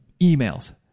emails